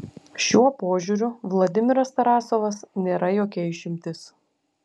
šiuo požiūriu vladimiras tarasovas nėra jokia išimtis